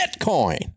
Bitcoin